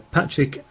Patrick